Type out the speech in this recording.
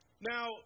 Now